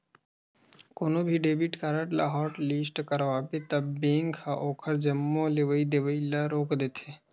कोनो भी debit card ल हॉटलिस्ट करवाबे त बेंक ह ओखर जम्मो लेवइ देवइ ल रोक देथे